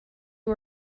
who